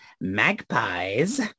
magpies